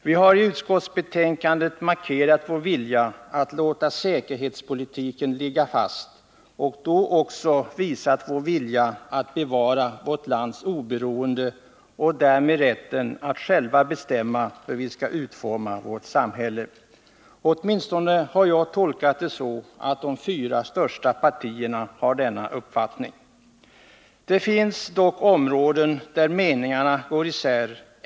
Vi har i utskottsbetänkandet markerat vår vilja att låta säkerhetspolitiken ligga fast, och då också visat vår vilja att bevara vårt lands oberoende och därmed även vår rätt att själva bestämma hur vi skall utforma vårt samhälle. Jag har åtminstone tolkat det så att de fyra största partierna har denna uppfattning. Det finns dock områden där meningarna går isär.